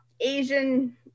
asian